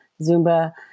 Zumba